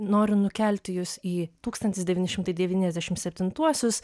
noriu nukelti jus į tūkstantis devyni šimtai devyniasdešimt septintuorius